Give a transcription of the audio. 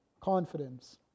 confidence